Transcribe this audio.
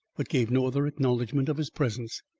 but gave no other acknowledgment of his presence.